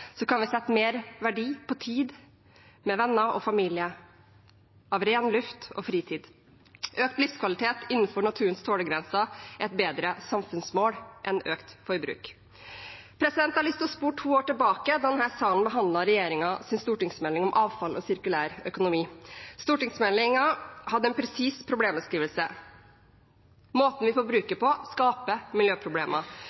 kan vi sette mer verdi på tid med venner og familie, på ren luft og fritid. Økt livskvalitet innenfor naturens tålegrenser er et bedre samfunnsmål enn økt forbruk. Jeg har lyst til å spole to år tilbake da denne salen behandlet regjeringens stortingsmelding om avfall og sirkulær økonomi. Stortingsmeldingen hadde en presis problembeskrivelse: Måten vi